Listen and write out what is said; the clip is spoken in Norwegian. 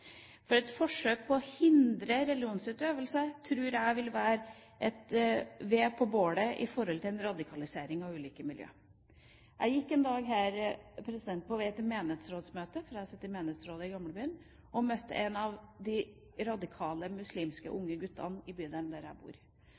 radikalisering av ulike miljøer. Jeg var en dag på vei til et menighetsrådsmøte – jeg sitter i menighetsrådet i Gamlebyen – og møtte en av de radikale muslimske unge guttene i bydelen der jeg bor.